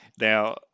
Now